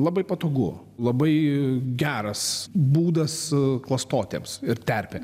labai patogu labai geras būdas klastotėms ir terpė